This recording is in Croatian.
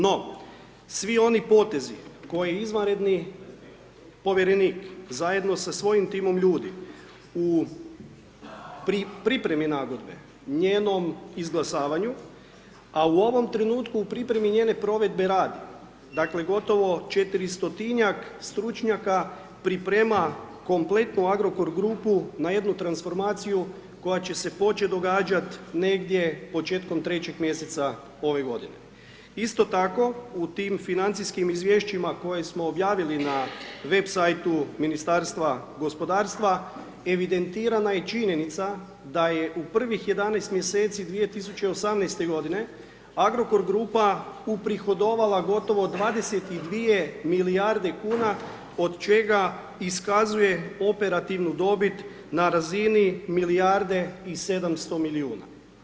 No svi oni potezi, koje je izvanredni povjerenik zajedno sa svojim timom ljudi, u pripremi nagodbe, njenom izglasavanju, a u ovom trenutku u pripremi njene provedbe radnika, dakle, gotovo 400-tinjak stručnjaka priprema kompletnu Agrokor grupu na jednu transformaciju, koja će se početi događati negdje početkom 3. mj. ove g. Isto tako, u tim financijskim izvješćima koje smo objavili na web sajtu Ministarstva gospodarstva, evidentirana je činjenica da je u prvih 11 mjeseci 2018. g. Agrokor Grupa uprihodovali gotovo 22 milijarde kuna, od čega iskazuje operativnu dobit na razini milijarde i 700 milijuna.